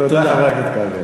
תודה, חבר הכנסת כבל.